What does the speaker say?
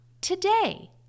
today